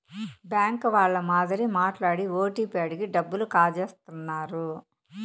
bank వాళ్ళ మాదిరి మాట్లాడి ఓటీపీ అడిగి డబ్బులు కాజేత్తన్నారు